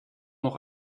noch